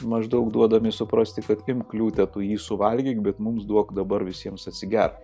maždaug duodami suprasti kad imk liūte tu jį suvalgyk bet mums duok dabar visiems atsigert